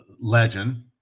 legend